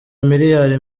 miliyari